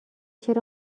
چرا